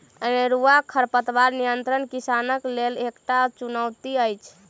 अनेरूआ खरपातक नियंत्रण किसानक लेल एकटा चुनौती अछि